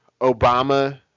Obama